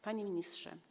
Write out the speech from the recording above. Panie Ministrze!